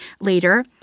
later